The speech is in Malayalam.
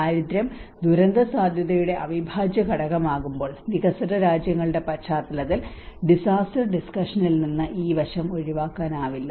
ദാരിദ്ര്യം ദുരന്തസാധ്യതയുടെ അവിഭാജ്യ ഘടകമാകുമ്പോൾ വികസ്വര രാജ്യങ്ങളുടെ പശ്ചാത്തലത്തിൽ ഡിസാസ്റ്റർ ഡിസ്കഷനിൽ നിന്ന് ഈ വശം ഒഴിവാക്കാനാവില്ല